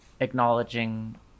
acknowledging